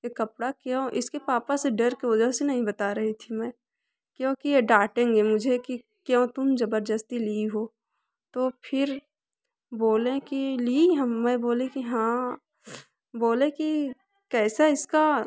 ये कपड़ा क्यों इसके पापा से डर के वजह से नहीं बता रही थी मैं क्योंकि ये डाँटेंगे मुझे कि क्यों तुम जबरदस्ती ली हो तो फिर बोले कि ली मैं बोली कि हाँ बोले कि कैसा इसका